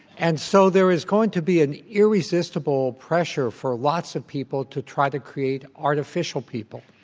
and so there is going to be an irresistible pressure for lots of people to try to create artificial people.